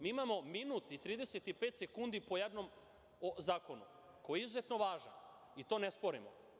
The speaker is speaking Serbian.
Mi imamo minut i 35 sekundi po jednom zakonu, koji je izuzetno važan i to ne sporimo.